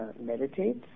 meditates